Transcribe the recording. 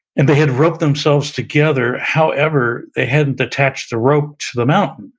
and they had roped themselves together. however, they hadn't attached the rope to the mountain.